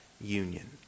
union